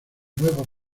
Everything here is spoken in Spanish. nuevos